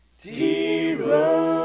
Zero